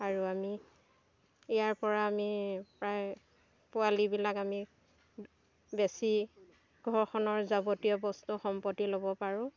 আৰু আমি ইয়াৰ পৰা আমি প্ৰায় পোৱালীবিলাক আমি বেচি ঘৰখনৰ যাবতীয় বস্তু সম্পত্তি ল'ব পাৰোঁ